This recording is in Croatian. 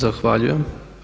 Zahvaljujem.